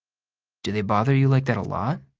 do they bother you like that a lot?